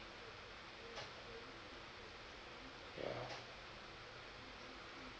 ya